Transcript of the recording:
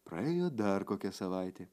praėjo dar kokia savaitė